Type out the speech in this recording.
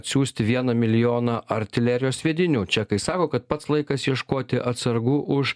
atsiųsti vieną milijoną artilerijos sviedinių čekai sako kad pats laikas ieškoti atsargų už